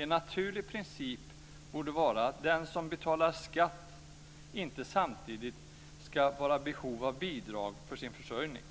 En naturlig princip borde vara att den som betalar skatt inte samtidigt ska vara i behov av bidrag för sin försörjning